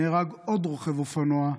נהרג עוד רוכב אופנוע,